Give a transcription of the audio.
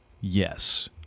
Yes